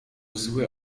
zły